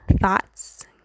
thoughts